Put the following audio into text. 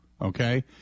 okay